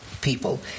people